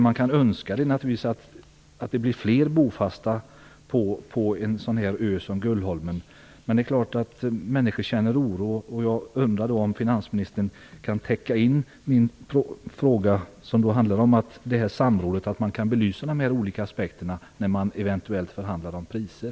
Man kan naturligtvis önska att det blir fler bofasta på en ö som Gullholmen, men människor känner oro. Jag undrar om finansministern kan täcka in min fråga, som handlar om detta samråd, och om man kan belysa de här olika aspekterna när man eventuellt förhandlar om priser.